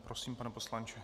Prosím, pane poslanče.